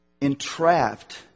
entrapped